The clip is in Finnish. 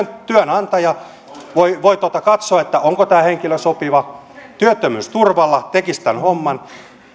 työnantaja voi voi katsoa onko tämä henkilö sopiva työttömyysturvalla tekisi tämän homman